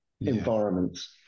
environments